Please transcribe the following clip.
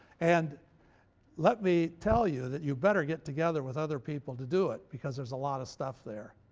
and let me tell you that you better get together with other people to do it, because there's a lot of stuff there.